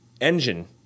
engine